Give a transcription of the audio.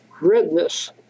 redness